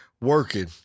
working